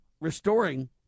restoring